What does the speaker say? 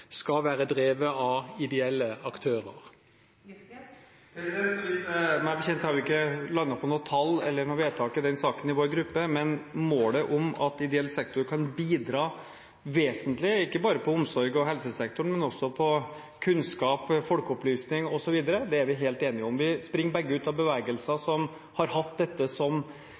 skal være drevet av ideelle aktører? Meg bekjent har vi ikke landet på noe tall eller noe vedtak i den saken i vår gruppe, men målet om at ideell sektor kan bidra vesentlig, ikke bare i omsorgs- og helsesektoren, men også i kunnskap, folkeopplysning osv. er vi helt enige om. Vi kommer begge fra bevegelser som har hatt dette som